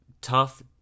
tough